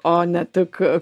o ne tik